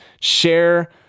Share